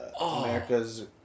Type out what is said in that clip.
America's